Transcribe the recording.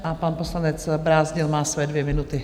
A pan poslanec Brázdil má své dvě minuty.